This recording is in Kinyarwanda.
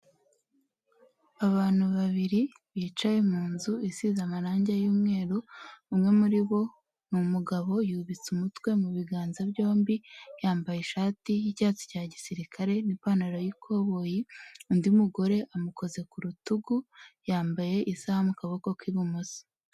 Abantu babiri bicaye mu nzu isize amarangi y'umweru, umwe muri bo ni umugabo, yubitse umutwe mu biganza byombi, yambaye ishati y'icyatsi cya gisirikare n'ipantaro y'ikoboyi, undi mugore amukoze ku rutugu yambaye isaha mu kuboko k'ibumoso.